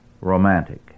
romantic